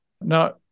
Now